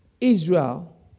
Israel